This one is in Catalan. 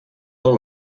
del